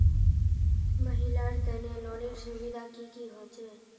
महिलार तने लोनेर सुविधा की की होचे?